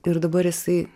ir dabar jisai